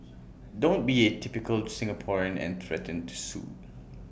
don't be A typical Singaporean and threaten to sue